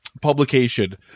Publication